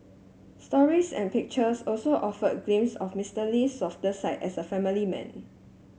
stories and pictures also offered glimpses of Mister Lee's softer side as a family man